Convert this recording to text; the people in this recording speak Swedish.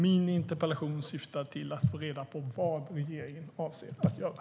Min interpellation syftar till att få reda på vad regeringen avser att göra.